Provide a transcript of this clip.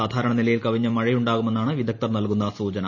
സാധാരണനിലയിൽ കവിഞ്ഞ മഴയുണ്ടാകുമെന്നാണ് വിദഗ്ധർ നൽകുന്ന സൂചന